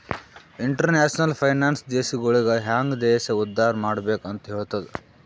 international finance ದೇಶಗೊಳಿಗ ಹ್ಯಾಂಗ್ ದೇಶ ಉದ್ದಾರ್ ಮಾಡ್ಬೆಕ್ ಅಂತ್ ಹೆಲ್ತುದ